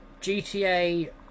GTA